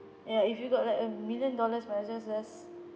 ya if you got like a million dollars might as well just